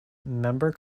member